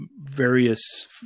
various